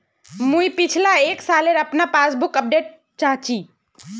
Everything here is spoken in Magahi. मुई पिछला एक सालेर अपना पासबुक अपडेट चाहची?